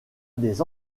des